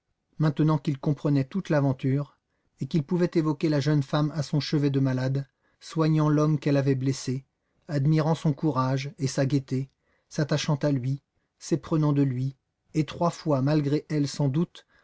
maintenant qu'il comprenait toute l'aventure et qu'il pouvait évoquer la jeune femme à son chevet de malade soignant l'homme qu'elle avait blessé admirant son courage et sa gaieté s'attachant à lui s'éprenant de lui et trois fois malgré elle sans doute